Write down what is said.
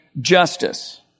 justice